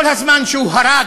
כל זמן שהוא הרג,